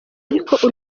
ariko